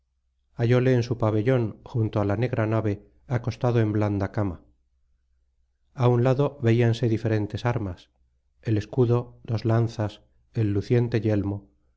hallóle en su pabellón junto á la negra nave acostado en blanda cama a un lado veíanse diferentes armas el escudo dos lanzas el luciente yelmo